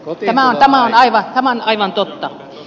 tämä on aivan totta